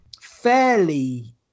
fairly